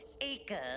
acres